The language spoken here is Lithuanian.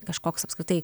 kažkoks apskritai